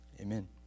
Amen